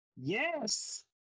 yes